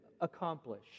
accomplish